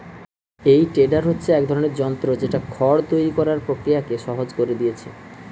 এই টেডার হচ্ছে এক ধরনের যন্ত্র যেটা খড় তৈরি কোরার প্রক্রিয়াকে সহজ কোরে দিয়েছে